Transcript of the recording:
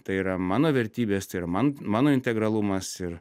tai yra mano vertybės tai yra man mano integralumas ir